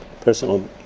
personal